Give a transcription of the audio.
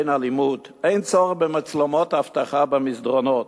אין אלימות, אין צורך במצלמות אבטחה במסדרונות.